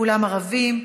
כולם ערבים,